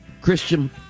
Christian